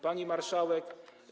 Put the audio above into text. Pani Marszałek!